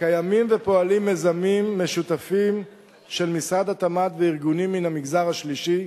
קיימים ופועלים מיזמים משותפים של משרד התמ"ת וארגונים מן המגזר השלישי,